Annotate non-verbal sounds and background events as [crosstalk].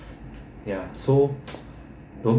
ya so [noise] don't